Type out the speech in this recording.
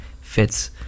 fits